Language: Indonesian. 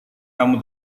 kamu